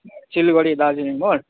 Siliguri Darjeeling मोड